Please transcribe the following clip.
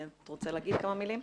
אתה רוצה להגיד כמה מילים?